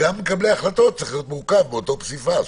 גם מקבלי ההחלטות צריכים להיות מורכבים מאותו פסיפס.